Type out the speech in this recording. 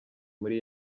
muri